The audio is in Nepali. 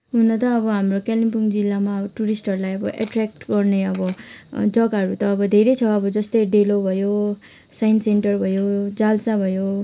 हुन त अब हाम्रो कालिम्पोङ जिल्लामा अब टुरिस्टहरूलाई अब एट्र्याक्ट गर्ने जग्गाहरू त अब धेरै छ अब जस्तै डेलो भयो साइन्स सेन्टर भयो जाल्सा भयो